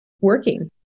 working